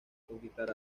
conquistar